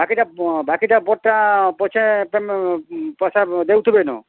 ବାକିଟା ବାକିଟା ବଡ଼୍ଟା ପଛେ ପଇସା ଦେଉଥିବେ ନ